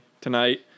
tonight